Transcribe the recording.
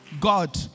God